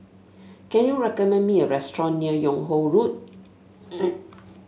can you recommend me a restaurant near Yung Ho Road